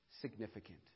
significant